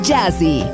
Jazzy